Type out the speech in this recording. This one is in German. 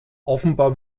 offenbar